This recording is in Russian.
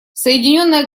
соединенное